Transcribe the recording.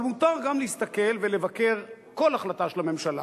אבל מותר גם להסתכל ולבקר כל החלטה של הממשלה,